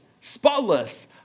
spotless